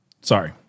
Sorry